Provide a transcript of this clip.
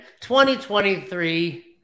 2023